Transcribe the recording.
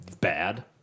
bad